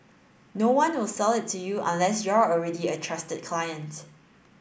no one will sell it to you unless you're already a trusted client